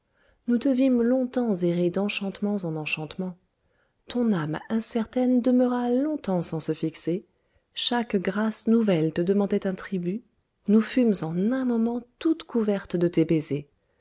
nous te vîmes longtemps errer d'enchantements en enchantements ton âme incertaine demeura longtemps sans se fixer chaque grâce nouvelle te demandoit un tribut nous fûmes en un moment toutes couvertes de tes baisers